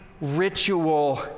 ritual